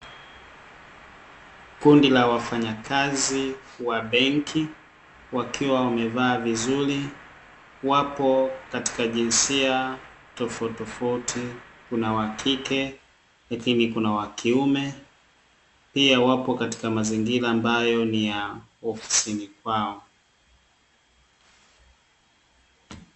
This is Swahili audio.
Kundi la wafanyakazi wa benki wakiwa wamevaa vizuri, wapo katika jinsia tofautitofauti, kuna wa kike, lakini kuna wa kiume, pia wapo katika mazingira ambayo ni ya ofisini kwao.